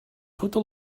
tota